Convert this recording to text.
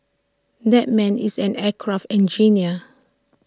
that man is an aircraft engineer